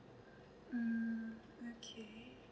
mm okay